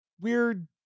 weird